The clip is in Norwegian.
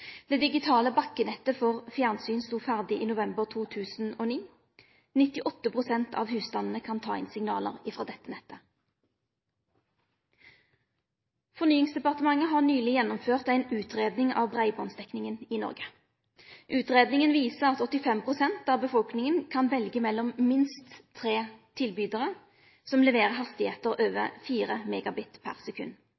Det digitale bakkenettet for fjernsyn stod ferdig i november 2008. 98 pst. av husstandane kan ta inn signal frå dette nettet. Fornyingsdepartementet har nyleg gjennomført ei utgreiing om breibandsdekninga i Noreg. Utgreiinga viser at 85 pst. av befolkninga kan velje mellom minst tre tilbydarar som leverer hastigheiter over